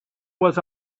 was